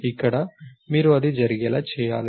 ఇక్కడ మీరు అది జరిగేలా చేయాలి